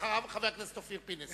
אחריו, חבר הכנסת אופיר פינס.